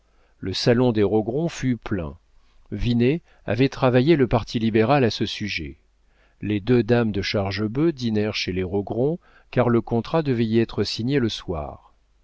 le salon des rogron fut plein vinet avait travaillé le parti libéral à ce sujet les deux dames de chargebœuf dînèrent chez les rogron car le contrat devait y être signé le soir